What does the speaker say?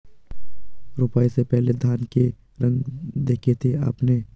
रोपाई से पहले धान के रंग देखे थे आपने?